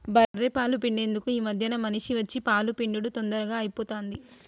బఱ్ఱె పాలు పిండేందుకు ఈ మధ్యన మిషిని వచ్చి పాలు పిండుడు తొందరగా అయిపోతాంది